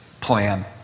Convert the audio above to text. plan